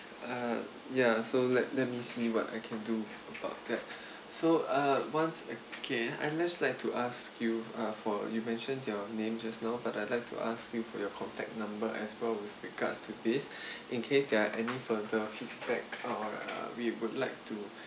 uh ya so let let me see what I can do about that so uh once okay I like to ask you ah for you mentioned your name just now but I like to ask you for your contact number as well with regards to this in case there are any further feedback uh we would like to